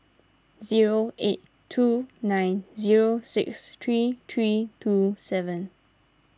zero eight two nine zero six three three two seven